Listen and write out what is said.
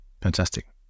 Fantastic